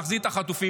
להחזיר את החטופים,